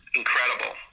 incredible